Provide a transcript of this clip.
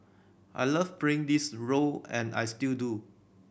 I love playing this role and I still do